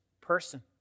person